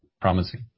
promising